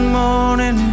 morning